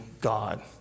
God